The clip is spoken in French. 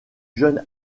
jeune